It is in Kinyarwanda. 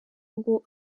ngo